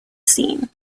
seen